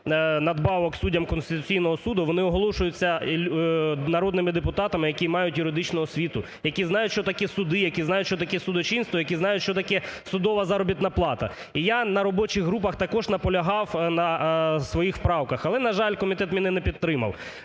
вони оголошуються народними депутатами, які мають юридичну освіту, які знають, що таке суди, які знають, що таке судочинство, які знають, що таке судова заробітна плата. І я на робочих групах також наполягав на своїх правках, але, на жаль, комітет мене не підтримав.